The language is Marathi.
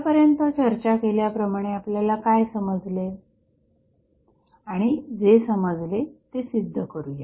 आत्तापर्यंत चर्चा केल्याप्रमाणे आपल्याला काय समजले आणि जे समजले ते सिद्ध करूया